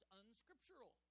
unscriptural